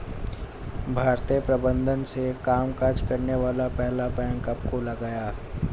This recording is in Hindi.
भारतीय प्रबंधन से कामकाज करने वाला पहला बैंक कब खोला गया?